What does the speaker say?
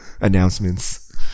announcements